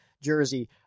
jersey